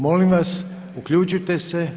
Molim vas uključite se.